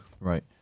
Right